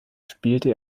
spielte